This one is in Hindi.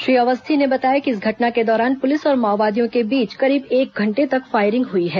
श्री अवस्थी ने बताया कि इस घटना के दौरान पुलिस और माओवादियों के बीच करीब एक घंटे तक फायरिंग हुई है